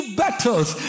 battles